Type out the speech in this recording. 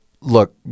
Look